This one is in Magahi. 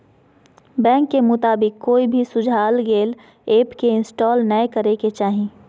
बैंक के मुताबिक, कोई भी सुझाल गेल ऐप के इंस्टॉल नै करे के चाही